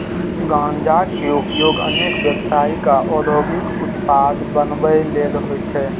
गांजा के उपयोग अनेक व्यावसायिक आ औद्योगिक उत्पाद बनबै लेल होइ छै